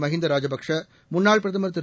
மஹிந்தா ராஜபக்கே முன்னாள் பிரதமர் திரு